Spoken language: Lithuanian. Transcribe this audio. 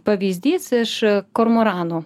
pavyzdys iš kormoranų